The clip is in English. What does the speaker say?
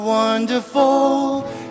Wonderful